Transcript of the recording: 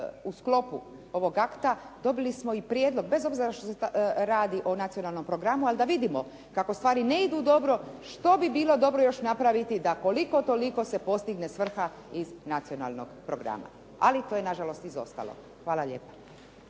u sklopu ovog akta dobili smo i prijedlog, bez obzira što se radi o nacionalnom programu, ali da vidimo kako stvari ne idu dobro što bi bilo dobro još napraviti da koliko toliko se postigne svrha iz nacionalnog programa. Ali to je nažalost izostalo. Hvala lijepa.